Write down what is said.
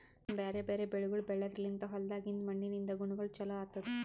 ಬ್ಯಾರೆ ಬ್ಯಾರೆ ಬೆಳಿಗೊಳ್ ಬೆಳೆದ್ರ ಲಿಂತ್ ಹೊಲ್ದಾಗಿಂದ್ ಮಣ್ಣಿನಿಂದ ಗುಣಗೊಳ್ ಚೊಲೋ ಆತ್ತುದ್